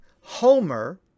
Homer